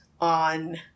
on